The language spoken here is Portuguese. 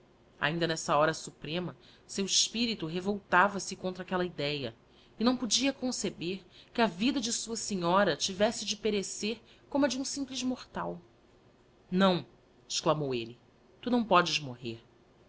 ainda nessa hora suprema seu espirito revoltava-se contra aquella idéa e não podia conceber que a vida de sua senhora tivesse de perecer como a de um simples mortal não exclamou elle tu não podes morrer